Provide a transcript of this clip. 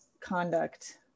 conduct